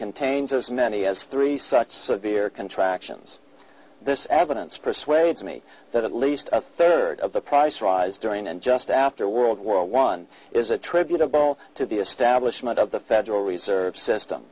contains as many as three such severe contractions this evidence persuades me that at least a third of the price rise during and just after world war one is attributable to the establishment of the federal reserve system